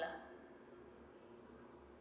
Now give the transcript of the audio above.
lah